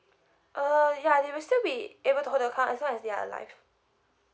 uh ya they will still be able to hold the account as long as they are alive